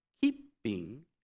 keeping